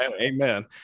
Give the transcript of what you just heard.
amen